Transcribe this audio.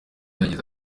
yagize